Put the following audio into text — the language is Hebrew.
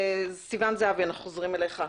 סיון להבי אנחנו חוזרים אלייך.